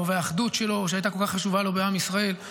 והאחדות שהייתה כל כך חשובה לו בעם ישראל.